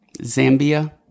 zambia